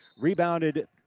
Rebounded